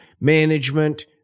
management